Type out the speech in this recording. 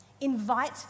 Invite